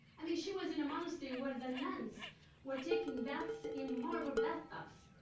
i mean, she was in a monastery where the nuns were taking baths in marble bathtubs.